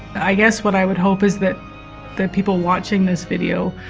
i guess what i would hope is that that people watching this video.